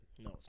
No